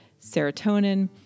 serotonin